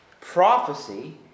prophecy